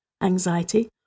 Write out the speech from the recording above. anxiety